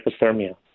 hypothermia